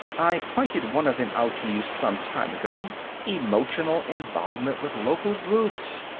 i pointed one of them out to you some time ago emotional involvement with local groups.